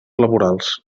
laborals